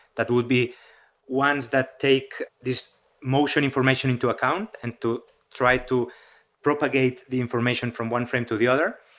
that would be ones that take these motion information into account and to try to propagate the information from one frame to the other.